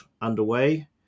underway